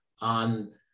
on